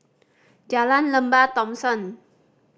Jalan Lembah Thomson